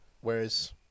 Whereas